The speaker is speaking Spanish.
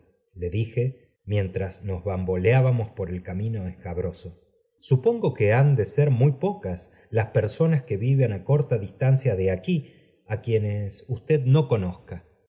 de dije mientras nos bamboleábamos por el camino escabroso supongo l ue han de sor muy pocas las personas qúé viven á corta distancia de aquí á quienes tisted no conozca